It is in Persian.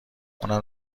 اونم